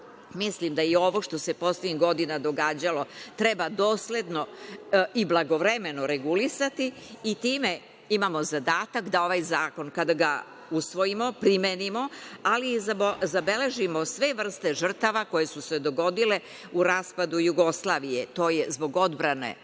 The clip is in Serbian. mislim da je ovo što se poslednjih godina događalo treba dosledno i blagovremeno regulisati i time imamo zadatak da ovaj zakon kada ga usvojimo, primenimo, ali i zabeležimo sve vrste žrtava koje su se dogodile u raspadu Jugoslavije. To je zbog odbrane